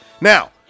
Now